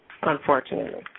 unfortunately